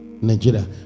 Nigeria